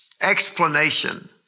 explanation